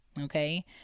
okay